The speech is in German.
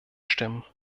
stimmen